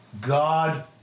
God